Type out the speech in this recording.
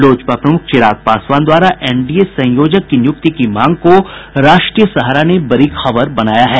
लोजपा प्रमुख चिराग पासवान द्वारा एनडीए संयोजक की नियुक्ति की मांग को राष्ट्रीय सहारा ने बड़ी खबर बनाया है